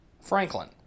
Franklin